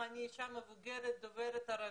נניח שאני אישה מבוגרת דוברת ערבית,